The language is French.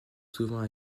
souvent